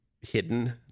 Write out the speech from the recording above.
hidden